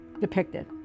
depicted